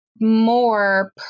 more